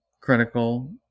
critical